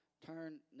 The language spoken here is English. Turn